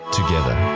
together